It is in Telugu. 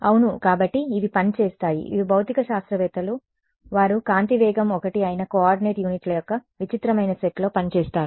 అవును కాబట్టి ఇవి పని చేస్తాయి ఇవి భౌతిక శాస్త్రవేత్తలు వారు కాంతి వేగం 1 అయిన కోఆర్డినేట్ యూనిట్ల యొక్క విచిత్రమైన సెట్లో పని చేస్తారు